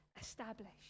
established